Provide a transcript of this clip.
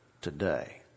today